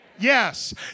yes